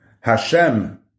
Hashem